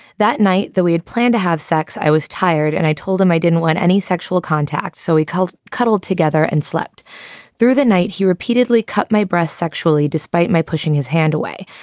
that night, though, we had planned to have sex. i was tired and i told him i didn't want any sexual contact. so he called, cuddle together and slept through the night. he repeatedly cut my breasts sexually despite my pushing his hand away.